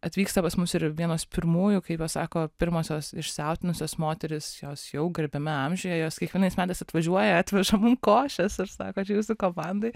atvyksta pas mus ir vienas pirmųjų kaip va sako pirmosios išsioutinusios moterys jos jau garbiame amžiuje jos kiekvienais metais atvažiuoja atveža mum košės ir sako čia jūsų komandai